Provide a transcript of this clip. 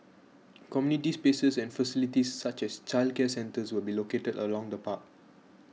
community spaces and facilities such as childcare centres will be located along the park